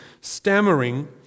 stammering